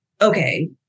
Okay